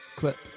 clip